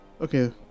Okay